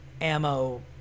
ammo